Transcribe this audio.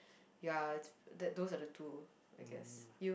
ya it's that those are the two I guess you